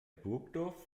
burgdorf